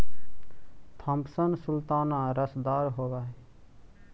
Thompson sultana रसदार होब हई